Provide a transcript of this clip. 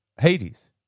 Hades